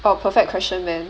oh perfect question man